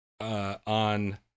on